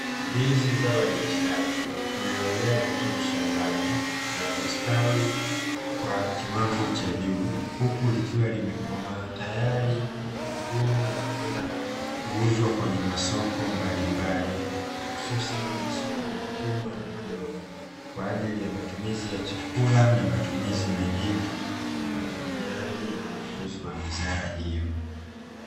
Ndizi zao la biashara lililomea vizuri shambani na kustawi kwa kiwango cha juu huku likiwa limekomaa tayari kwa kuvunwa na kwenda kuuzwa kwenye masoko mbalimbali hususani masoko makubwa na madogo, kwajili ya matumizi ya chakua na matumizi wengnine ya watumiaji na wanunuzi wa bidhaa hiyo.